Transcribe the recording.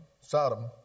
Sodom